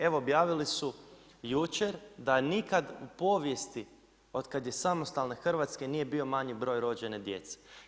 Evo objavili su jučer da nikada u povijesti od kada je samostalne Hrvatske nije bilo manji broj rođene djece.